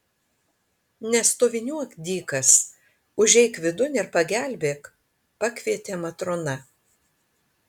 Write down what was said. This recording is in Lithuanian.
nestoviniuok dykas užeik vidun ir pagelbėk pakvietė matrona